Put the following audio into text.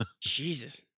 Jesus